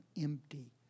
empty